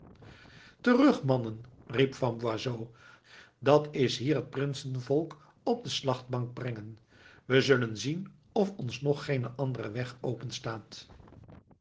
terug mannen riep van boisot dat is hier het prinsenvolk op de slachtbank brengen we zullen zien of ons nog geen andere weg openstaat